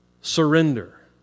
surrender